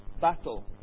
battle